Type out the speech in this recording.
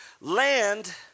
land